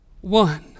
one